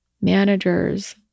manager's